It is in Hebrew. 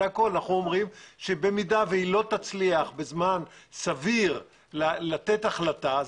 אם היא לא תצליח בזמן סביר לתת החלטה,